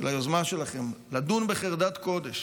היוזמה שלכם לדון בחרדת קודש